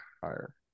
higher